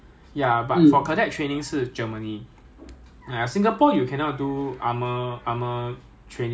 then 你 fire 的时候 right 你你的那个 tank barrel hor 还是 bionic 是 barrel hor I 我不懂 tank barrel 有没有 lah